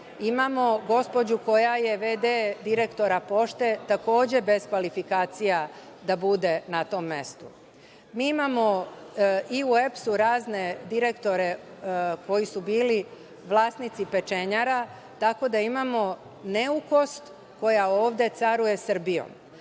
mestu. Imamo gospođu koja je v.d. direktora „Pošte“ takođe bez kvalifikacija da bude na tom mestu. Mi imamo i u EPS-u razne direktore koji su bili vlasnici pečenjara. Tako da imamo neukost koja ovde caruje Srbijom,